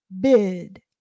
bid